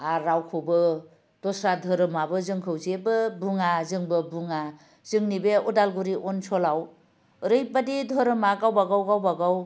आर रावखौबो दस्रा धोरोमाबो जोंखौ जेबो बुङा जोंबो बुङा जोंनि बे उदालगुरि अनसलाव ओरैबादि धोरोमा गावबागाव गावबागाव